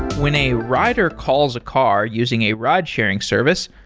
when a rider calls a car using a ride sharing service,